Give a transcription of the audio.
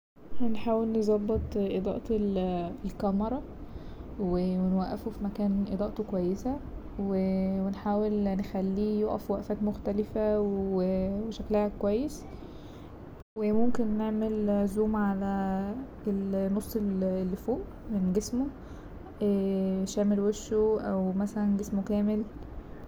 هنحاول نظبط إضاءة الكاميرا ونوقفه في مكان اضاءته كويسة و نحاول نخليه يقف وقفات مختلفة وشكلها كويس وممكن نعمل زوم على النص اللي فوق من جسمه شامل وشه أومثلا جسمه كامل.